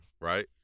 right